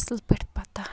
اَصٕل پٲٹھۍ پَتہ